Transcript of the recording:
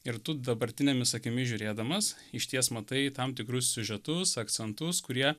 ir tu dabartinėmis akimis žiūrėdamas išties matai tam tikrus siužetus akcentus kurie